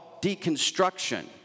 deconstruction